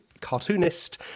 cartoonist